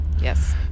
Yes